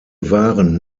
waren